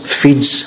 feeds